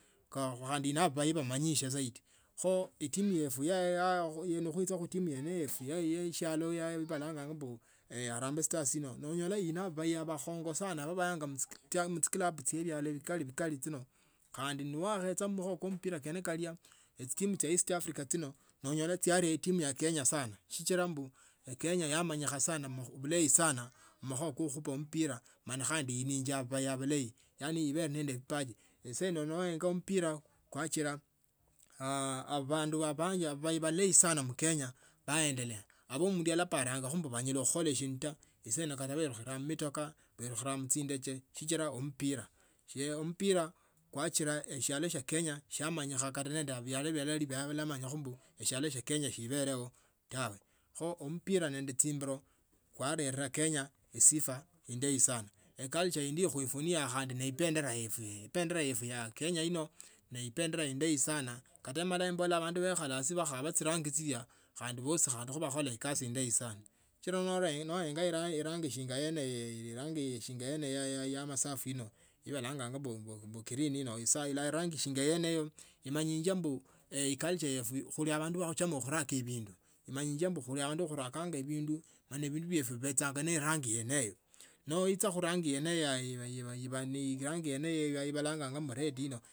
Koo khandi ine babayi bamanyise zaidi khoo. Itimu nekhuicha khutimu itano ye eshialo ya balanga harambe stars ino nonyola ili nende babayi bakhonga sana babayanga muchiklabu mshialo mkali mkali chino khandi. Nawakhecha khu mpira kwenu kalya echitim chya east africa chino noonyola chiaria etinmu ya kenya sana sichila mbu kenya yamanyikha sana bulayi sana khumakhuwa ko kha khuwa mpira mala khandi inia babayi balayi yani ibene. Nende vipaji asaino ababayi balayi mkenya baendelea abe mundu alaparanga usili khukhola sindu taa asaino kata baekhukhila mumitoka belukhila muhindege sichila omupira sie onupira kwachira eshialo shia kenya shiamanyikha kata nende bialo bia bali bya manyakho mbu eshialo shia kenya shibeleo tawe kho omupira nende chimbilo kwalera kenya esifa endayi sano eculture indi khulfunia khandi nebendera yefwe ene ebendera yefwe ya kenya ino ne bendera indayi sana kata amala embola abandu bekhale asii bakola chinangi chilya khandi bosi bakhola ekasi endayi sana sichila noenga erangi shina eno eyo erangi shinga a masafu ino yabalanga mbu kirini ino esaula rangi singa yereyo imanyinga mbu culture yefwe khulibandu bakhuchama khuraka bindu manyianga mbu khuli bandu khurakanga bindi khandi bindu biefwe vibechunga nende rangi yeneyo noicha khurangi yene yebalanga red ino.